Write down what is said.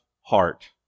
heart